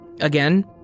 Again